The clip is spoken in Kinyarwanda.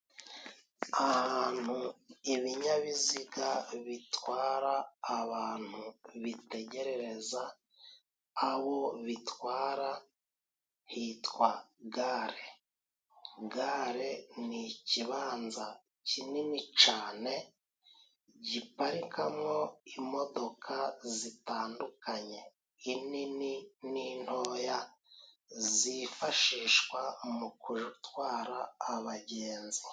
Ahantu ibinyabiziga bitwara abantu bitegerereza abo bitwara hitwa gare. Gare ni ikibanza kinini cyane giparikamo imodoka zitandukanye, inini n'intoya zifashishwa mu gutwara abagenzi.